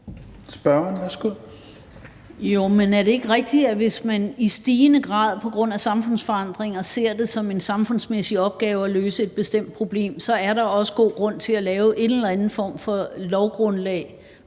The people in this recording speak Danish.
Gottlieb (EL): Jo, men er det ikke rigtigt, at hvis man i stigende grad på grund af samfundsforandringer ser det som en samfundsmæssig opgave at løse et bestemt problem, så er der også god grund til at lave en eller anden form for lovgrundlag